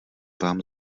vám